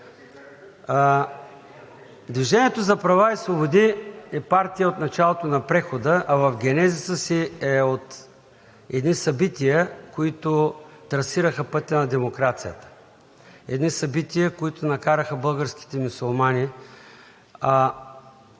„Движението за права и свободи“ е партия от началото на прехода, а в генезиса си е от едни събития, които трасираха пътя на демокрацията, едни събития, които накараха българските мюсюлмани